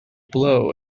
blow